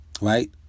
right